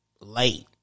late